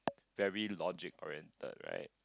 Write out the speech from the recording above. very logic oriented right